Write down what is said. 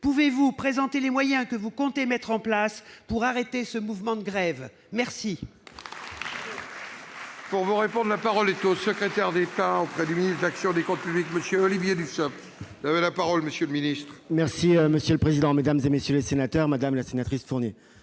pouvez-vous présenter les moyens que vous comptez mettre en oeuvre pour arrêter ce mouvement de grève ? La